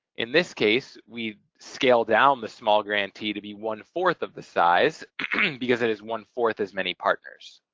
in this case, we scale down the small grantee to be one four of the size because it has one four as many partners.